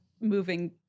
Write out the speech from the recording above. moving